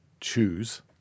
choose